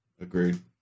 Agreed